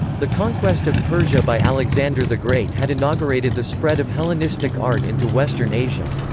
the conquest of persia by alexander the great had inaugurated the spread of hellenistic art into western asia.